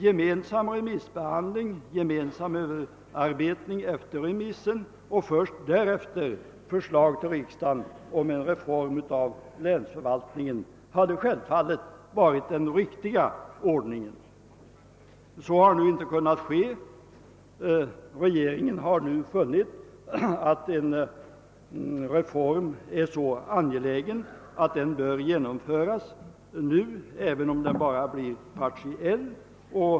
Gemensam remissbehandling och gemensam Ööverarbetning efter remissen samt först därefter förslag till riksdagen om en reform av länsförvaltningen hade självfallet varit den riktiga ordningen. Så har nu inte kunnat ske, och då har regeringen funnit en reform vara så angelägen att den bör genomföras nu, även om den bara blir partiell.